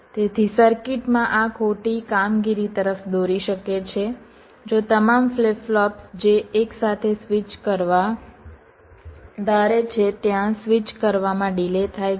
તેથી સર્કિટમાં આ ખોટી કામગીરી તરફ દોરી શકે છે જો તમામ ફ્લિપ ફ્લોપ્સ જે એકસાથે સ્વિચ કરવા ધારે છે ત્યાં સ્વિચ કરવામાં ડિલે થાય છે